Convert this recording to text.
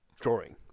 drawing